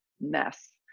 mess